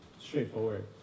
straightforward